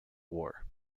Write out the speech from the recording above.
war